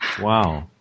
Wow